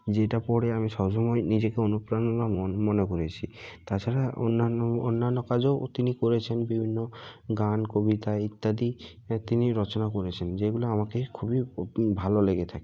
যেটা পড়ে আমি সব সময় নিজেকে অনুপ্রেরণা মন মনে করেছি তাছাড়া অন্যান্য অন্যান্য কাজও তিনি করেছেন বিভিন্ন গান কবিতা ইত্যাদি এ তিনিই রচনা করেছিলেন যেগুলো আমাকে খুবই ভালো লেগে থাকে